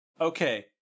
okay